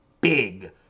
big